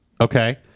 Okay